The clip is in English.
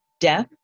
death